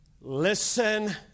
Listen